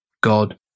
God